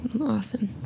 awesome